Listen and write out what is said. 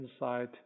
inside